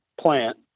plant